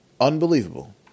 Unbelievable